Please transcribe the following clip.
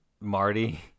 Marty